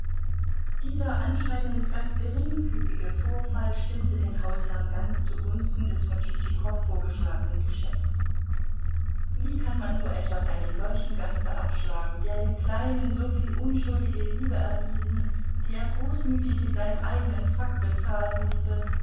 dieser anscheinend ganz geringfügige vorfall stimmte den hausherrn ganz zugunsten des von tschitschikow vorgeschlagenen geschäfts wie kann man nur etwas einem solchen gaste abschlagen der dem kleinen so viel unschuldige liebe erwiesen die er großmütig mit seinem eigenen frack bezahlen mußte